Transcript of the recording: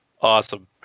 Awesome